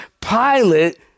Pilate